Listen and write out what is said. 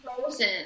Frozen